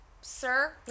sir